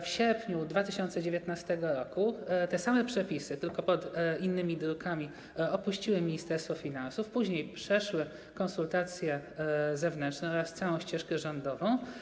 W sierpniu 2019 r. te same przepisy, tylko pod innymi drukami, opuściły Ministerstwo Finansów, później przeszły przez konsultacje zewnętrzne oraz całą ścieżkę rządową.